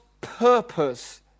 purpose